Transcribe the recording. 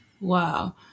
Wow